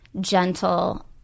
gentle